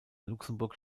luxemburg